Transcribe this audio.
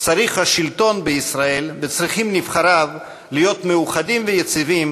צריך השלטון בישראל וצריכים נבחריו להיות מאוחדים ויציבים,